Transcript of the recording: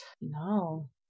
No